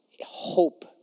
hope